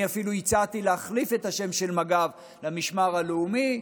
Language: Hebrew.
אני אפילו הצעתי להחליף את השם של מג"ב למשמר הלאומי.